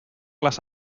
las